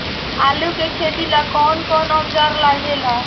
आलू के खेती ला कौन कौन औजार लागे ला?